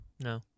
No